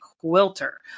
quilter